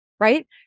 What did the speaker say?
Right